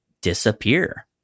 disappear